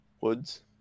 woods